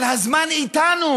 על "הזמן איתנו